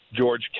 George